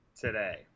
today